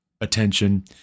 attention